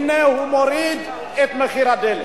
הנה הוא מוריד את מחיר הדלק.